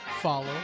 follow